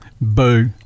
boo